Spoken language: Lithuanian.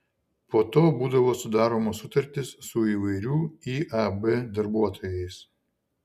po to būdavo sudaromos sutartys su įvairių iab darbuotojais